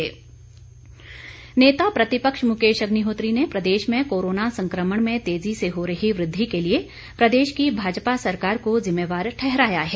मुकेश अग्निहोत्री नेता प्रतिपक्ष मुकेश अग्निहोत्री ने प्रदेश में कोरोना संक्रमण में तेजी से हो रही वृद्धि के लिए प्रदेश की भाजपा सरकार को जिम्मेवार ठहराया है